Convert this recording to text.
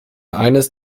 eines